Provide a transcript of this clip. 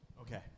Okay